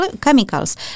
chemicals